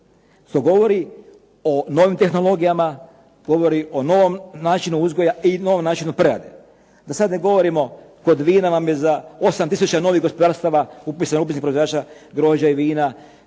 što govori o novim tehnologijama, govori o novom načinu uzgoja i novom načinu prerade. Da sada ne govorimo kod vina vam je za 8 tisuća novih gospodarstava upisano u upisnik proizvođača grožđa i vina